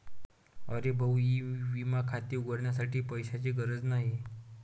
अरे भाऊ ई विमा खाते उघडण्यासाठी पैशांची गरज नाही